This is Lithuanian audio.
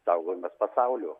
saugojimas pasaulio